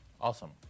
Awesome